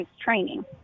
training